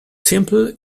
simple